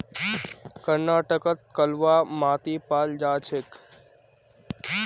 कर्नाटकत कलवा माटी पाल जा छेक